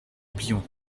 oublions